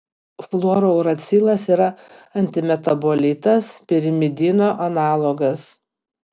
fluorouracilas yra antimetabolitas pirimidino analogas